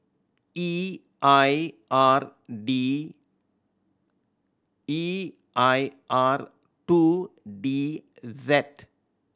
E I R D E I R two D Z